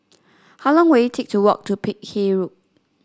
how long will it take to walk to Peck Hay Road